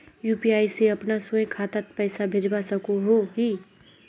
UPI से अपना स्वयं खातात पैसा भेजवा सकोहो ही?